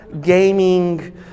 gaming